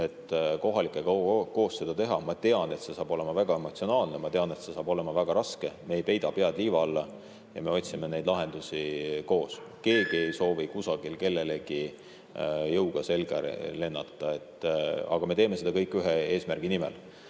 et kohalikega koos seda teha. Ma tean, et see saab olema väga emotsionaalne, ma tean, et see saab olema väga raske. Me ei peida pead liiva alla ja me otsime lahendusi koos. Keegi ei soovi kusagil kellelegi jõuga selga lennata. Aga me teeme seda kõike ühe eesmärgi nimel,